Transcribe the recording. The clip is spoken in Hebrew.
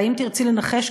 האם תרצי לנחש,